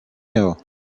know